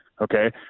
okay